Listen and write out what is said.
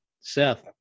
Seth